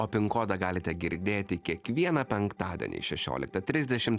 o pinkodą galite girdėti kiekvieną penktadienį šešioliktą trisdešimt